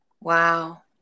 Wow